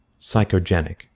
psychogenic